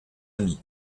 amis